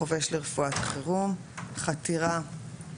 + חתירה +